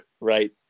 right